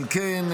על כן,